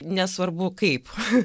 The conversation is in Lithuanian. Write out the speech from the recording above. nesvarbu kaip